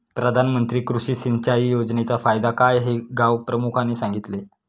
प्रधानमंत्री कृषी सिंचाई योजनेचा फायदा काय हे गावप्रमुखाने सांगितले